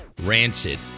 Rancid